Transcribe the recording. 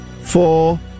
four